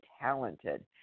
talented